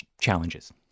challenges